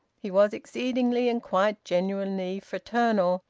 he was exceedingly and quite genuinely fraternal,